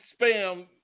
spam